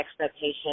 expectation